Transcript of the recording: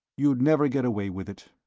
you'd never get away with it.